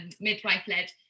midwife-led